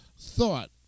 thought